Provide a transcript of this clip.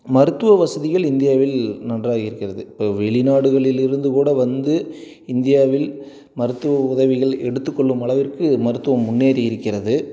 மருத்துவ வசதிகள் இந்தியாவில் நன்றாக இருக்கிறது இப்போ வெளிநாடுகளில் இருந்து கூட வந்து இந்தியாவில் மருத்துவ உதவிகள் எடுத்துக்கொள்ளும் அளவிற்கு மருத்துவம் முன்னேறி இருக்கிறது